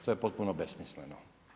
To je potpuno besmisleno.